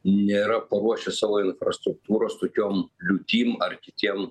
nėra paruošę savo infrastruktūros tokiom liūtim ar kitiem